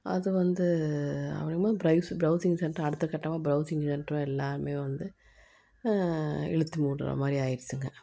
அது வந்து அப்படிங்கும் போது ப்ரவுசிங் சென்ட்ரு அடுத்த கட்டமாக ப்ரவுசிங் சென்ட்ரு எல்லாம் வந்து இழுத்து மூடுகிற மாதிரி ஆகிடுச்சுங்க